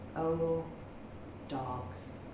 oh dogs.